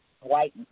White